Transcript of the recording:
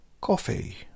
Coffee